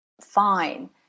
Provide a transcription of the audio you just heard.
fine